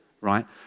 right